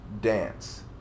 dance